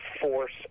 force